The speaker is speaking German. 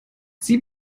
sie